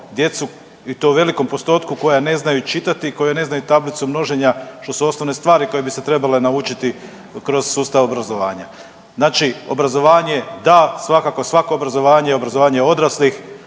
i to u velikom postotku koja ne znaju čitati i koja ne znaju tablicu množenja što su osnovne stvari koje bi se trebale naučiti kroz sustav obrazovanja. Znači obrazovanje da, svakako svako obrazovanje i obrazovanje odraslih.